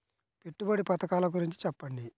పెట్టుబడి పథకాల గురించి చెప్పండి?